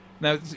Now